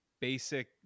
basic